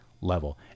level